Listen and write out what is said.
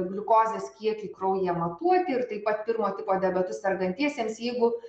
gliukozės kiekiui kraujyje matuoti ir taip pat pirmo tipo diabetu sergantiesiems jeigu